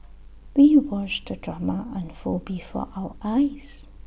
we watched the drama unfold before our eyes